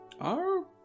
Our-